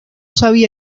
sabía